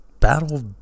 battle